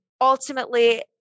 ultimately